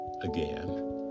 again